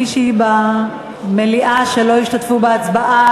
מישהו או מישהי במליאה שלא השתתפו בהצבעה?